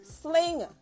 sling